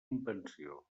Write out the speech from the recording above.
invenció